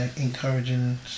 encouraging